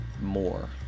more